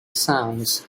sounds